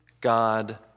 God